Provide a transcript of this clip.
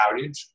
outage